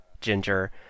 ginger